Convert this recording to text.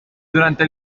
durante